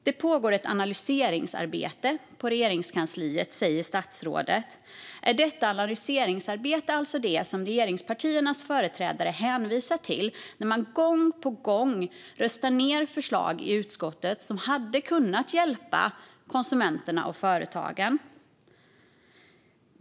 Det pågår ett analysarbete på Regeringskansliet, säger statsrådet. Är detta analysarbete alltså det som regeringspartiernas företrädare hänvisar till när de gång på gång röstar ned förslag i utskottet som hade kunnat hjälpa konsumenterna och företagen?